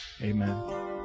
Amen